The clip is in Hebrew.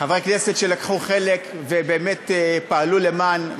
חברי כנסת שלקחו חלק ובאמת פעלו למען,